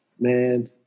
man